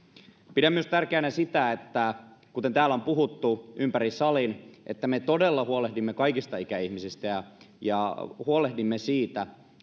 pidän tärkeänä myös sitä kuten täällä on puhuttu ympäri salin että me todella huolehdimme kaikista ikäihmisistä ja ja huolehdimme siitä